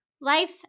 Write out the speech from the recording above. Life